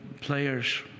players